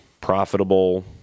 profitable